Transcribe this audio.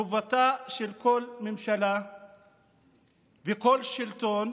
חובתה של כל ממשלה וכל שלטון